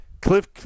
Cliff –